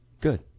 good